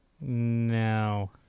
No